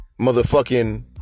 motherfucking